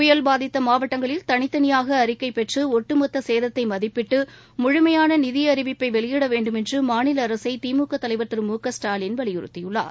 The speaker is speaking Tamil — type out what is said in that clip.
புயல் பாதித்தமாவட்டங்களில் தளித்தளியாகஅறிக்கைபெற்றுட்டுமொத்தசேத்தைமதிப்பிட்டுமுழுமையானநிதிஅறிவிப்பைவெளியிடபே வண்டும் என்றுமாநிலஅரசைதிமுகதலைவர் திரு மு க ஸ்டாலின் வலியுறுத்தியுள்ளார்